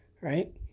right